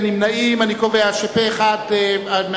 קובע שפה-אחד,